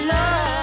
Love